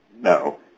No